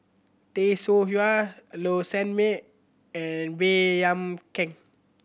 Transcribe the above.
Tay Seow Huah a Low Sanmay and Baey Yam Keng